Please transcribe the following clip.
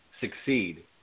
succeed